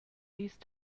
these